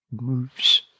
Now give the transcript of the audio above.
moves